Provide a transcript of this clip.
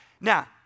Now